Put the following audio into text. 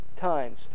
times